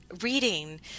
reading